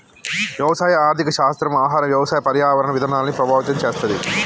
వ్యవసాయ ఆర్థిక శాస్త్రం ఆహార, వ్యవసాయ, పర్యావరణ విధానాల్ని ప్రభావితం చేస్తది